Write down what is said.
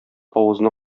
авызына